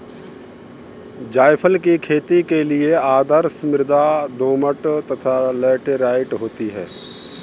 जायफल की खेती के लिए आदर्श मृदा दोमट तथा लैटेराइट होती है